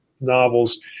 novels